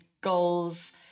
goals